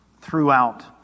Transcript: throughout